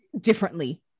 differently